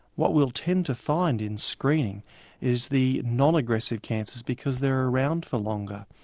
what we will tend to find in screening is the non-aggressive cancers because they're around for longer.